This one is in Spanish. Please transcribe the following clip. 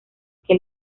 que